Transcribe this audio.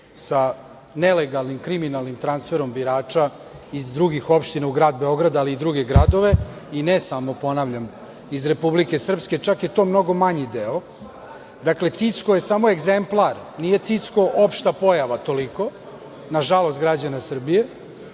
sa nelegalnim kriminalnim transferom birača iz drugih opština u grad Beograd ali i druge gradove, i ne samo, ponavljam, iz Republike Srpske, čak je to mnogo manji deo. Dakle, "Cicko" je samo egzemplar, nije "Cicko" opšta pojava toliko, nažalost građana Srbije. Ono